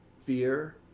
fear